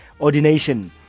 ordination